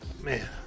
Man